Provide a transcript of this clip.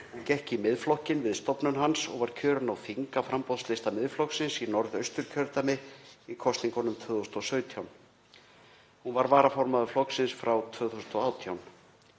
en gekk í Miðflokkinn við stofnun hans og var kjörin á þing af framboðslista Miðflokksins í Norðausturkjördæmi í kosningunum 2017. Hún var varaformaður flokksins frá 2018.